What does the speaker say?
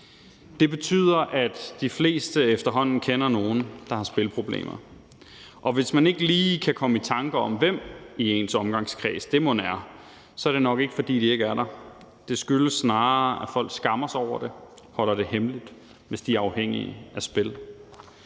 Det betyder, at de fleste efterhånden kender nogen, der har spilproblemer, og hvis man ikke lige kan komme i tanke om, hvem i ens omgangskreds det mon er, så er det nok ikke, fordi de ikke er der. Det skyldes snarere, at folk skammer sig over det, holder det hemmeligt, hvis de er afhængige af spil.